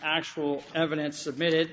actual evidence submitted